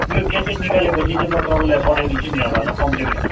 यो क्यासेट निकालेपछि चाहिँ म तपाईँलाई पठाइदिन्छु नि एउटा ल कम्प्लिमेन्ट